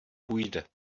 půjde